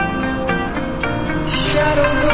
shadows